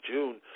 June